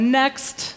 next